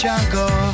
Jungle